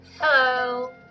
hello